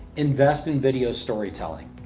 invest in video storytelling.